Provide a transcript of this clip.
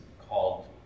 called